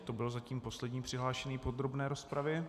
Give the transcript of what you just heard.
To byl zatím poslední přihlášený v podrobné rozpravě.